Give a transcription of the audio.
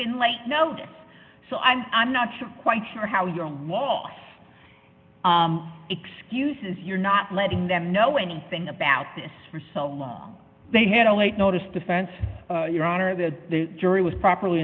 been like no so i'm i'm not quite sure how your last excuse is you're not letting them know anything about this for so long they had a late notice defense your honor the jury was properly